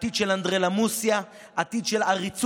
עתיד של אנדרלמוסיה, עתיד של עריצות,